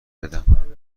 بدهم